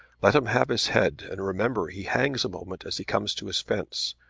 let him have his head, and remember he hangs a moment as he comes to his fence.